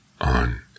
On